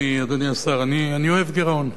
אדוני השר: אני אוהב גירעון,